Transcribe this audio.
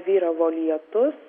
vyravo lietus